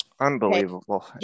Unbelievable